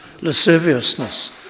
lasciviousness